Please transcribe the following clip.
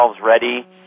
ready